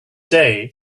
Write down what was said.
day